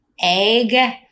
egg